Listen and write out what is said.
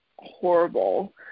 horrible